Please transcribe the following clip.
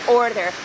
order